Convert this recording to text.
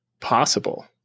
possible